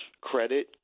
credit